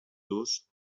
durs